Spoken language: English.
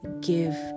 give